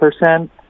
percent